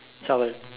so I will